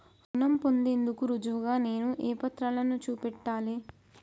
రుణం పొందేందుకు రుజువుగా నేను ఏ పత్రాలను చూపెట్టాలె?